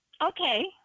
Okay